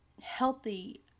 healthy